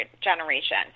generation